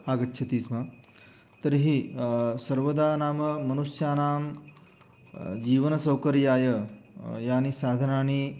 आगच्छति स्म तर्हि सर्वदा नाम मनुष्याणां जीवनसौकर्याय यानि साधनानि